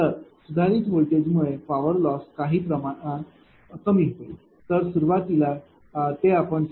तर सुधारित व्होल्टेजमुळे पॉवर लॉस काही प्रमाणात कमी होईल तर सुरुवातीला ते आपण 0